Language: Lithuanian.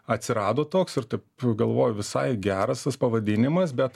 atsirado toks ir taip galvojau visai geras tas pavadinimas bet